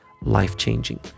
life-changing